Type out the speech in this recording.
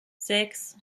sechs